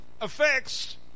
affects